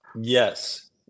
Yes